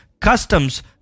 customs